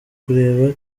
kureba